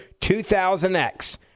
2000X